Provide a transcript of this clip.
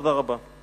תודה רבה.